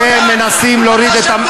אתם מנסים להוריד את,